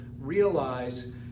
realize